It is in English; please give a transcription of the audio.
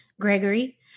Gregory